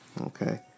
Okay